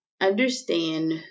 understand